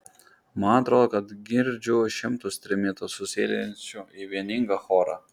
man atrodo kad girdžiu šimtus trimitų susiliejančių į vieningą chorą